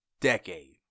decade